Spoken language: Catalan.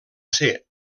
ser